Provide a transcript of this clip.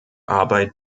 arbeit